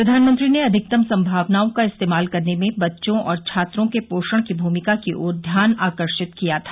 प्रधानमंत्री ने अधिकतम संभावनाओं का इस्तेमाल करने में बच्चों और छात्रों के पोषण की भूमिका की ओर ध्यान आकर्षित किया था